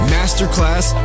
Masterclass